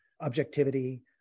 Objectivity